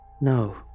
No